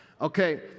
Okay